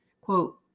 quote